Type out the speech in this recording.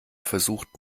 versucht